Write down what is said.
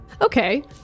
okay